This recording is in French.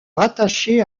rattachée